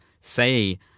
say